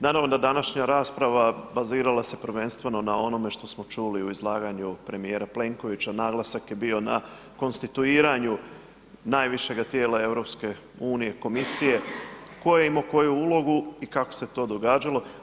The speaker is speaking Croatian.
Naravno da današnja rasprava bazirala se prvenstveno na onome što smo čuli u izlaganju premijera Plenkovića, naglasak je bio na konstituiranju najvišeg tijela EU, Komisije, tko je imao koju ulogu i kako se to događalo.